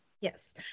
Yes